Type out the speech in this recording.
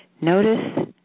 Notice